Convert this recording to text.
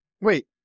Wait